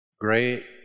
great